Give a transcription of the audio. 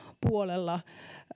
puolella